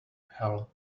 hell